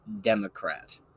Democrat